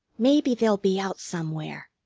maybe they'll be out somewhere.